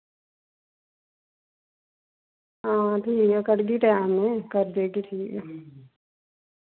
हां ठीक ऐ कढगी टैम मैं करी देगी ठीक